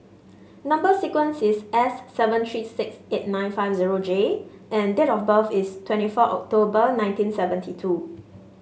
number sequence is S seven three six eight nine five zero J and date of birth is twenty four October nineteen seventy two